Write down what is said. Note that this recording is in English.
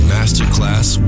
Masterclass